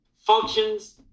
functions